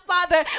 Father